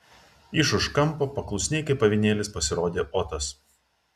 iš už kampo paklusniai kaip avinėlis pasirodė otas